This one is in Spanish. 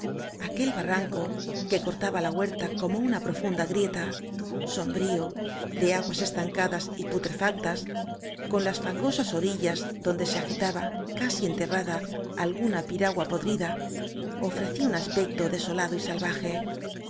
aquel barranco que cortaba la huerta como una profunda grieta sombrío be aguas estancadas y putrefactas con las fangosas orillas donde se agitaba casi enterrada alguna piragua podrida ofrecía un aspecto de solado y salvaje